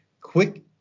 quick